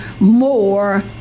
more